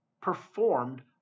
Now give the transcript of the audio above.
performed